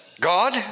God